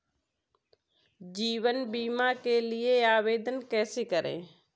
जीवन बीमा के लिए आवेदन कैसे करें?